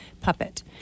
puppet